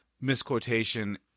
misquotation